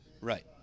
Right